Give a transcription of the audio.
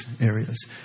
areas